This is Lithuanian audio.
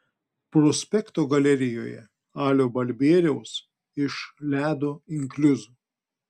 prospekto galerijoje alio balbieriaus iš ledo inkliuzų